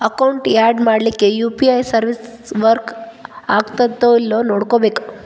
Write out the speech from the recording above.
account add ಮಾಡ್ಲಿಕ್ಕೆ UPI service work ಆಗತ್ತೇಲ್ಲೋ ನೋಡ್ಕೋಬೇಕ್